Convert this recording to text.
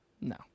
No